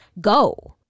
go